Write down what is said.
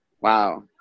Wow